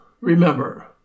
remember